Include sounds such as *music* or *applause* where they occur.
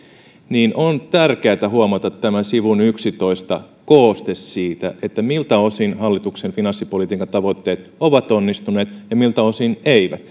niin on tärkeätä huomata sivun yksitoista kooste siitä miltä osin hallituksen finanssipolitiikan tavoitteet ovat onnistuneet ja miltä osin eivät *unintelligible*